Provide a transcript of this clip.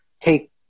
take